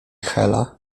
hela